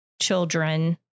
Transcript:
children